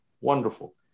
wonderful